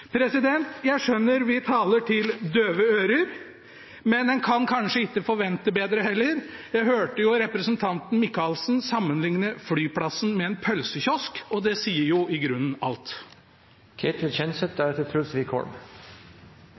Jeg skjønner at vi taler for døve ører, men en kan kanskje ikke forvente bedre heller. Jeg hørte representanten Åse Michaelsen sammenligne flyplassen med en pølsekiosk, og det sier i grunnen